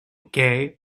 gay